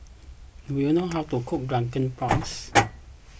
do you know how to cook Drunken Prawns